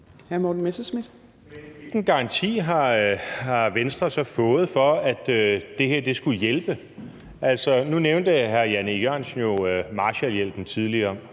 hvilken garanti har Venstre så fået for, at det her skulle hjælpe? Nu nævnte hr. Jan E. Jørgensen jo Marshallhjælpen tidligere.